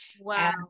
Wow